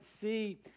see